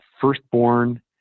firstborn